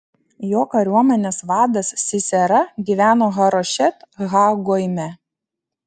jo kariuomenės vadas sisera gyveno harošet ha goime